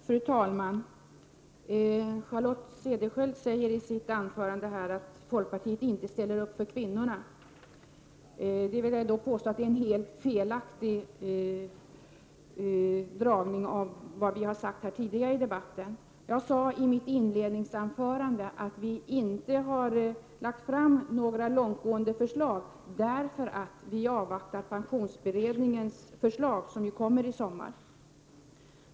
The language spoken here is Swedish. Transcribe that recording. Fru talman! Charlotte Cederschiöld säger i sitt anförande att folkpartiet inte ställer upp för kvinnorna. Jag vill dock påstå att det är en helt felaktig tolkning av vad vi har sagt tidigare i debatten. Jag sade i mitt inledningsanförande att vi inte har lagt fram några långtgående förslag, därför att vi avvaktar pensionsberedningens förslag, som ju kommer i sommar.